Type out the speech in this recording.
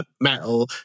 metal